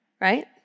right